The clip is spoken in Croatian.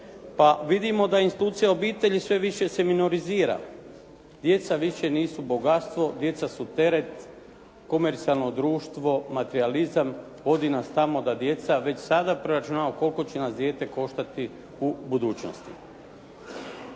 Pa vidimo da institucija obitelji sve više se minorizira. Djeca više nisu bogatstvo, djeca su teret, komercijalno društvo, materijalizam vodi nas tamo da već sada preračunavamo koliko će nas dijete koštati u budućnosti.